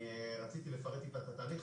רציתי לפרט איתך את התהליך הזה.